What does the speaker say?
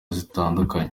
zitandukanye